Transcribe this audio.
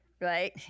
right